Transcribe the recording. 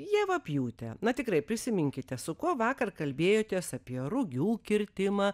javapjūtę na tikrai prisiminkite su kuo vakar kalbėjotės apie rugių kirtimą